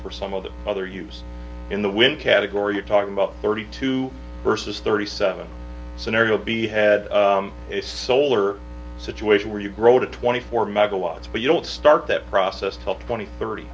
for some of the other use in the wind category you're talking about thirty two versus thirty seven scenario be had it's solar situation where you grow to twenty four megawatts but you don't start that process till twenty thirty